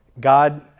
God